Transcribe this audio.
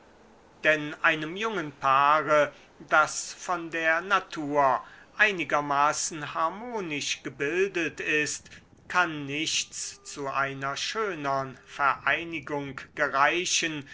denn einem jungen paare das von der natur einigermaßen harmonisch gebildet ist kann nichts zu einer schönern vereinigung gereichen